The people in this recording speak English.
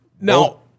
No